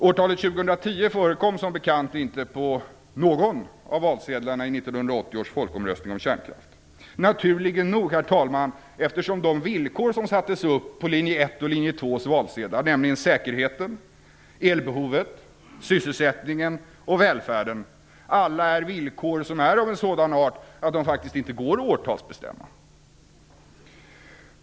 Årtalet 2010 förekom som bekant inte på någon av valsedlarna i 1980 års folkomröstning om kärnkraft. Det är naturligt, herr talman, eftersom de villkor som sattes upp på linje 1 och linje 2:s valsedlar, nämligen säkerheten, elbehovet, sysselsättningen och välfärden, alla är villkor som är av en sådan art att de faktiskt inte går att årtalsbestämma.